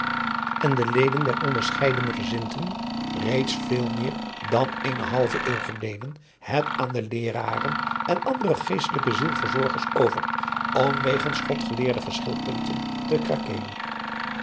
en de leden der onderscheidene gezindheden lieten reeds veel meer dan eene halve eeuw geleden het aan de leeraren en andere geestelijke zielverzorgers over om wegens godgeleerde verschilpunten te krakeelen